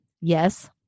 Yes